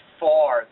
far